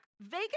Vegas